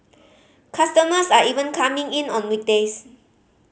customers are even coming in on weekdays